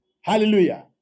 Hallelujah